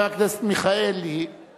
עברה בקריאה טרומית והיא תעבור לוועדת החוקה,